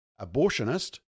abortionist